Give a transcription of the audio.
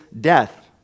death